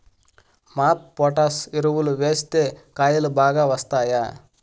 MOP potash ఎరువులు వేస్తే కాయలు బాగా వస్తాయా?